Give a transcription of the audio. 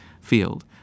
field